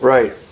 Right